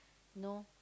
know